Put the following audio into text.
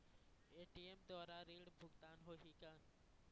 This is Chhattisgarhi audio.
ए.टी.एम द्वारा ऋण भुगतान होही का?